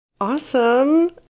Awesome